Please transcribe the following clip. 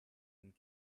and